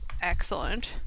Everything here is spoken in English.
excellent